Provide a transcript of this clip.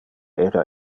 era